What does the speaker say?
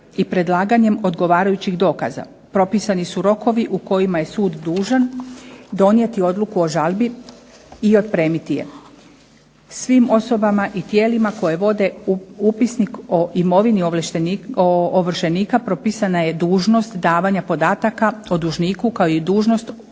i predlaganjem odgovarajući dokaza, propisani su rokovi u kojima je sud dužan donijeti odluku o žalbi i otpremiti je. Svim osobama i tijelima koje vode upisnik o imovini ovršenika propisana je dužnost davanja podataka o dužniku, kao i dužnost ovršnog